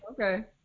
Okay